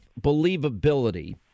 believability